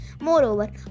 moreover